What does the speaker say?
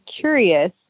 curious